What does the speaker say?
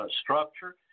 structure